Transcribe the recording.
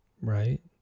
right